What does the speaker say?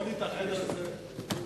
ועדת הפנים.